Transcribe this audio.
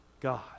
God